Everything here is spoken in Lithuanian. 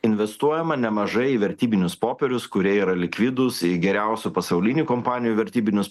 investuojama nemažai į vertybinius popierius kurie yra likvidūs į geriausių pasaulinių kompanijų vertybinius